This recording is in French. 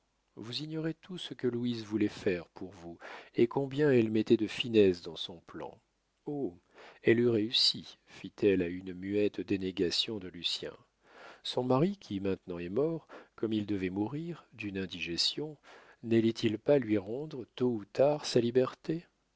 vous ignorez tout ce que louise voulait faire pour vous et combien elle mettait de finesse dans son plan oh elle eût réussi fit-elle à une muette dénégation de lucien son mari qui maintenant est mort comme il devait mourir d'une indigestion n'allait-il pas lui rendre tôt ou tard sa liberté